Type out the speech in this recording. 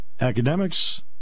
academics